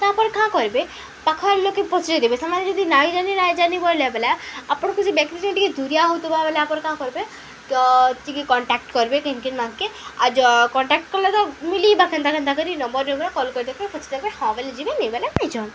ତ ଆପଣ କାଁ କରିବେ ପାଖରେ ଲୋକେ ପଚରେଇ ଦେବେ ସେମାନେ ଯଦି ନାଇଁ ଜାନି ନାଇଁ ଜାନି ବୋଇଲେ ବେଲେ ଆପଣଙ୍କୁ ସେ ବେକରୀ ଟିକେ ଦୁରିଆ ହେଉଥିବା ବୋଲେ ଆପଣ କାଁ କରିବେ ତ ଟିକେ କଣ୍ଟାକ୍ଟ କରିବେ କେନକନ୍ ମାନ୍କେ ଆ ଯେଉଁ କଣ୍ଟାକ୍ଟ କଲେ ତ ମିଲିବା କେନ୍ତା କେନ୍ତା କରି ନମ୍ବର ନମ୍ବରରେ କଲ୍ କରିଦେବେ ପଚାରିଦେବେ ହଁ ବୋଇଲେ ଯିବେ ନାଇଁ ବୋଲେ ନାଇଁ ଯାଉନ୍